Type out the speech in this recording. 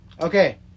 Okay